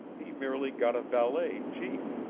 he merely got a valet cheap.